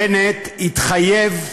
בנט התחייב,